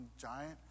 giant